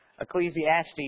Ecclesiastes